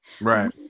right